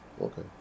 Okay